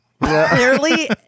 Clearly